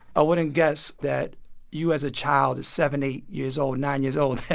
ah wouldn't guess that you as a child, as seven, eight years old, nine years old,